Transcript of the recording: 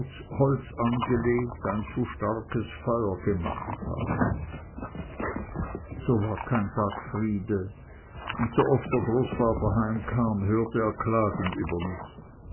holz angelegt ein zu starkes feuer gemacht haben so war kein tag friede und sooft der großvater heimkam hörte er klagen über mich